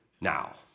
now